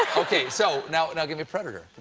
so now and give me predator,